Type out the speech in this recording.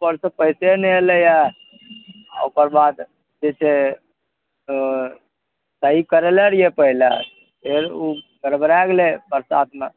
उपरसे पइसे नहि अएलैए आओर ओकर बाद जे छै सही करेले रहिए पहिले फेर ओ गड़बड़ा गेलै बरसातमे